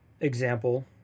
example